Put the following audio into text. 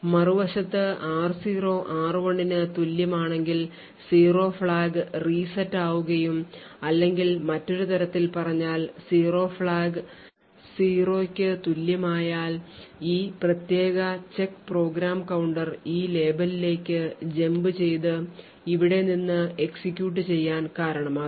മറുവശത്ത് r0 r1 ന് തുല്യമല്ലെങ്കിൽ zero ഫ്ലാഗ് reset ആവുകയും അല്ലെങ്കിൽ മറ്റൊരു തരത്തിൽ പറഞ്ഞാൽ zero ഫ്ലാഗ് 0 ന് തുല്യമായാൽ ഈ പ്രത്യേക check പ്രോഗ്രാം കൌണ്ടർ ഈ ലേബലിലേക്ക് jump ചെയ്തു ഇവിടെ നിന്ന് എക്സിക്യൂട്ട് ചെയ്യാൻ കാരണമാവും